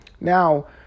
Now